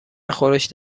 خورشت